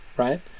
right